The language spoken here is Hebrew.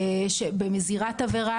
מזירת עבירה,